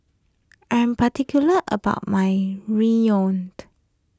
I am particular about my Ramyeon